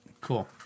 Cool